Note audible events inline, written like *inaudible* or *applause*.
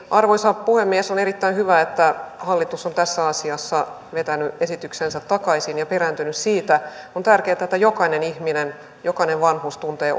arvoisa puhemies on erittäin hyvä että hallitus on tässä asiassa vetänyt esityksensä takaisin ja perääntynyt siitä on tärkeätä että jokainen ihminen jokainen vanhus tuntee *unintelligible*